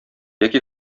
яки